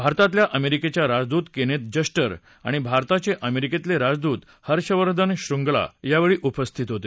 भारतातल्या अमेरिकेच्या राजदूत केनेथ जस्टर आणि भारताचे अमेरिकेतले राजदूत हर्षवर्धन श्रृंगला यावेळी उपस्थित होते